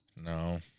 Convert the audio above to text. No